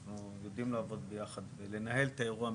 אנחנו יודעים לעבוד ביחד ולנהל את האירוע.